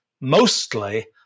mostly